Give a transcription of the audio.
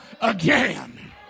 again